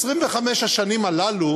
ב-25 השנים האלה,